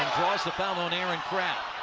draws the foul on aaron craft.